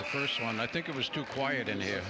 the first one i think it was too quiet in here